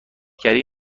گری